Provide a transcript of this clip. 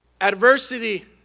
Adversity